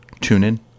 TuneIn